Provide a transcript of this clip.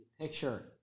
Picture